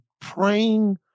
praying